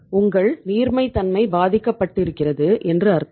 உங்கள் நீர்மைத்தன்மை பாதிக்கப்பட்டிருக்கிறது என்று அர்த்தம்